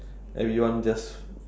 everyone just